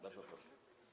Bardzo proszę.